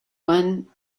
one